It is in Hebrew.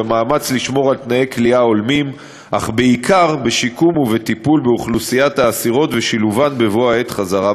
ומאפשרת להן הרבה פעמים שלא לפעול באימפולסיביות ובמצב של מצוקה רגעית,